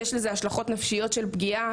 יש לזה השלכות נפשיות של פגיעה,